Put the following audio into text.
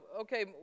okay